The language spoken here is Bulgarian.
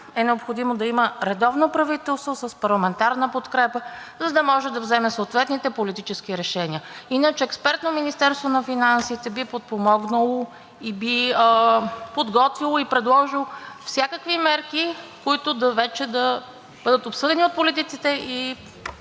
е необходимо да има редовно правителство с парламентарна подкрепа, за да може да вземе съответните политически решения. Иначе експертно Министерството на финансите би подпомогнало и би подготвило и предложило всякакви мерки, които вече да бъдат обсъдени от политиците и